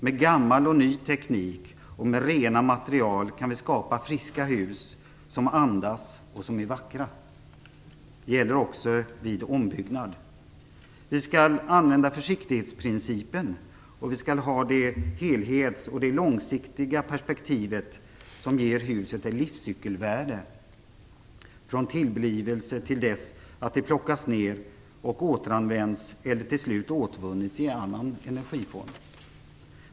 Med gammal och ny teknik och med rena material kan vi skapa friska hus som andas och är vackra. Det gäller också vid ombyggnad. Vi skall använda försiktighetsprincipen, och vi skall ha det helhets och långsiktiga perspektiv som ger huset ett livscykelvärde från tillblivelse till dess det plockats ned och återanvänts eller till slut återvunnits i annan energiform.